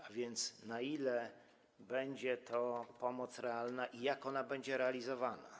A więc na ile będzie to pomoc realna i jak ona będzie realizowana?